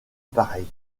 appareils